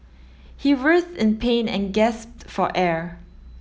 he writhed in pain and gasped for air